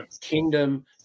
kingdom